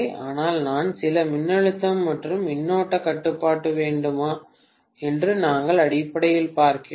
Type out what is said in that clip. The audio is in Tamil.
ஆனால் நான் சில மின்னழுத்தம் அல்லது மின்னோட்டத்தை கட்டுப்படுத்த வேண்டுமா என்று நாங்கள் அடிப்படையில் பார்க்கிறோம்